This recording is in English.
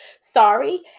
sorry